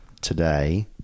Today